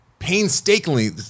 Painstakingly